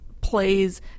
plays